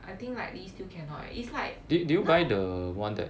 I think likely still cannot leh it's like